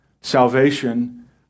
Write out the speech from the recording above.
Salvation